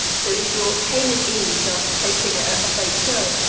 so if your pain is eased after taking a fake pill,